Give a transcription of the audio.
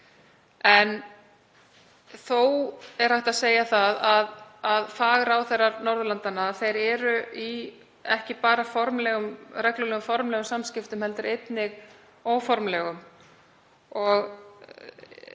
En þó er hægt að segja að fagráðherrar Norðurlandanna eru ekki bara í reglulegum formlegum samskiptum heldur einnig óformlegum.